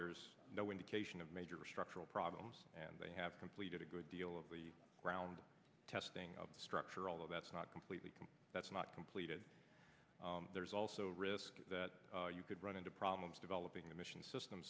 there's no indication of major structural problems and they have completed a good deal of the ground testing of the structure although that's not completely that's not completed there's also a risk that you could run into problems developing the mission system